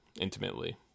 intimately